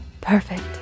Perfect